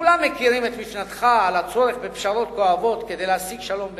כולם מכירים את משנתך על הצורך בפשרות כואבות כדי להשיג שלום באזור.